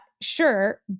sure